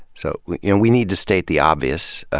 so we you know we need to state the obvious,